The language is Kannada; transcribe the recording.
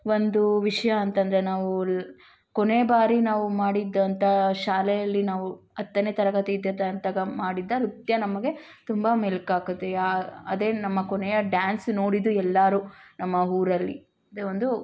ಒಂದು ವಿಷಯ ಅಂತಂದರೆ ನಾವು ಲ್ ಕೊನೆಯ ಬಾರಿ ನಾವು ಮಾಡಿದ್ದಂತಹ ಶಾಲೆಯಲ್ಲಿ ನಾವು ಹತ್ತನೇ ತರಗತಿ ಇದ್ದಿದ್ದಂತಾಗ ಮಾಡಿದ ನೃತ್ಯ ನಮಗೆ ತುಂಬ ಮೆಲ್ಕು ಹಾಕತ್ತೆ ಯಾ ಅದೇ ನಮ್ಮ ಕೊನೆಯ ಡ್ಯಾನ್ಸ್ ನೋಡಿದ್ದು ಎಲ್ಲರೂ ನಮ್ಮ ಊರಲ್ಲಿ ಇದು ಒಂದು